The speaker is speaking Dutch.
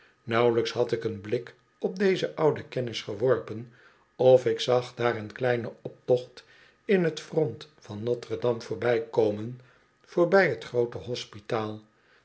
nauwelijks had ik een blik op deze oude kennis geworpen of ik zag daar een kleinen optocht in t front van notre-dame voorbijkomen voorbij t groote hospitaal